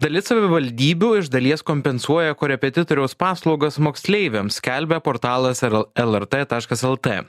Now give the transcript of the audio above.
dalis savivaldybių iš dalies kompensuoja korepetitoriaus paslaugas moksleiviams skelbia portalas elr el er tė taškas eltė